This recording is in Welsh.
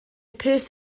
peth